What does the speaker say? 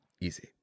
Easy